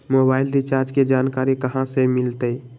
Mobile recharge के जानकारी कहा से मिलतै?